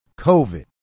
COVID